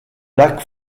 lac